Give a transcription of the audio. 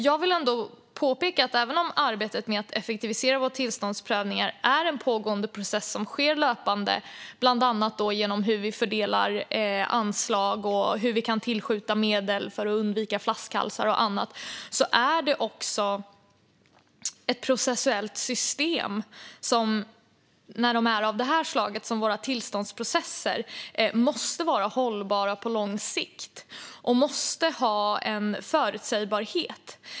Jag vill påpeka att även om arbetet med att effektivisera våra tillståndsprövningar är en pågående process som sker löpande bland annat genom hur vi fördelar anslag och hur vi kan tillskjuta medel för att undvika flaskhalsar och annat så är det också ett processuellt system som, när det är av det slag som våra tillståndsprocesser är, måste vara hållbart på lång sikt och måste ha en förutsägbarhet.